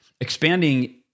expanding